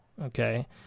okay